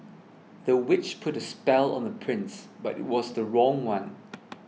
the witch put a spell on the prince but it was the wrong one